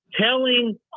telling